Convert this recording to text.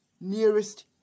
nearest